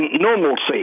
normalcy